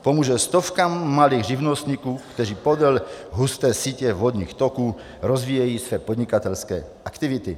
Pomůže stovkám malých živnostníků, kteří podél husté sítě vodních toků rozvíjejí své podnikatelské aktivity.